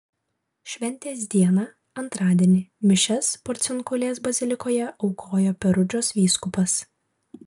šventės dieną antradienį mišias porciunkulės bazilikoje aukojo perudžos vyskupas